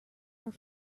are